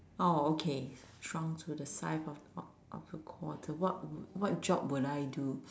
oh okay shrunk to the size of a of a quarter what would what job would I do